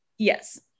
yes